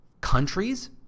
countries